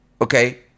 okay